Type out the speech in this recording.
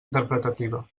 interpretativa